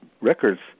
records